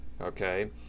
okay